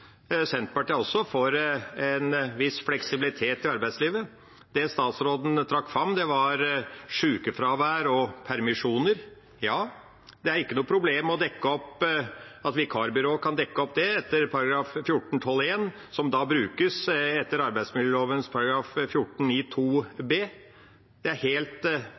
Senterpartiet er også for en viss fleksibilitet i arbeidslivet. Det statsråden trakk fram, var sjukefravær og permisjoner. Det er ikke noe problem at vikarbyråer kan dekke opp det etter § 14-12 , jf. arbeidsmiljøloven § 14-9 b. Det er helt greit, og det er Senterpartiets standpunkt. Så sa statsråden at en skulle dekke opp arbeidstopper. Det er